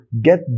get